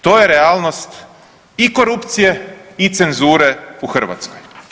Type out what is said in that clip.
To je realnost i korupcije i cenzure u Hrvatskoj.